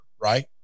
right